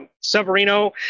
Severino